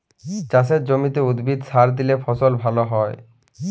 চাসের জমিতে উদ্ভিদে সার দিলে ফসল ভাল হ্য়য়ক